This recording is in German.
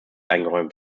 eingeräumt